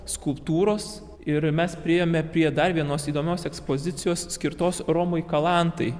skulptūros ir mes priėjome prie dar vienos įdomios ekspozicijos skirtos romui kalantai